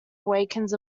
awakens